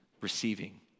receiving